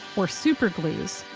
or super glues,